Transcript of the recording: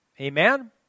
Amen